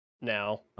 now